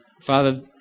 Father